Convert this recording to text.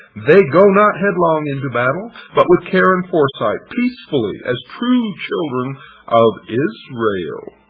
they go not headlong into battle, but with care and foresight, peacefully, as true children of israel.